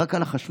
רק על החשמל?